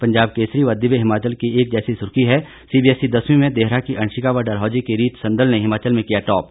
पंजाब केसरी व दिव्य हिमाचल की एक जैसी सुर्खी है सीबीएसई दसवीं में देहरा की अंशिका व डलहौजी की रीत संदल ने हिमाचल में किया टॉप